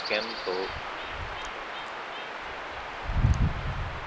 કેમ છો